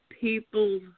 people